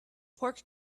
pork